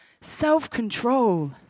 self-control